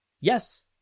Yes